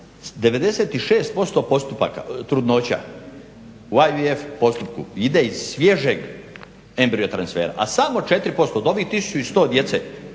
96% postupaka, trudnoća u AVF postupku ide iz svježeg embrio transfera, a samo 4% od ovih 1100 djece